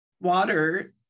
water